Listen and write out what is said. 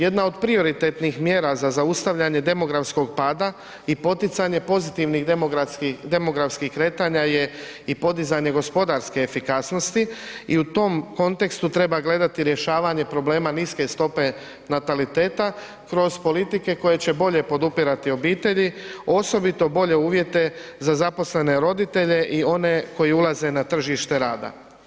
Jedna o prioritetnih mjera za zaustavljanje demografskog pada i poticanje pozitivnih demografskih kretanja je i podizanje gospodarske efikasnosti i u tom kontekstu treba gledati rješavanje problema niske stope nataliteta kroz politike koje će bolje podupirati obitelji, osobito bolje uvjete za zaposlene roditelje i one koji ulaze na tržište rada.